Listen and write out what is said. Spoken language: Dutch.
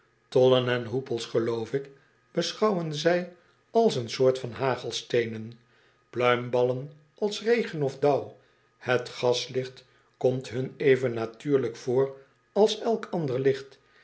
tollen en hoepels geloof ik beschouwen zij als een soort van hagelsteenen pluimballen als regen of dauw het gaslicht komt hun even natuurlijk voor als elk ander licht